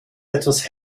etwas